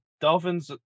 Dolphins